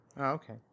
okay